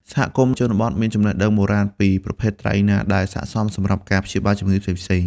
សហគមន៍ជនបទមាន ចំណេះដឹង បូរាណអំពីប្រភេទត្រីណាដែលស័ក្តិសមសម្រាប់ការព្យាបាលជំងឺផ្សេងៗ។